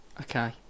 Okay